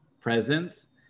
presence